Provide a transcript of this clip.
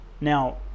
Now